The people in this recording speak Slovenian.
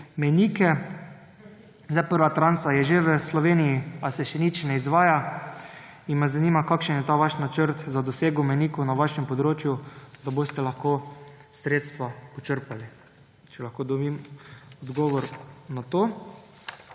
mejnike? Prva transa je že v Sloveniji, a se še nič ne izvaja in me zanima: Kakšen je ta vaš načrt za dosego mejnikov na vašem področju, da boste lahko sredstva počrpali? Če lahko dobim odgovor na to.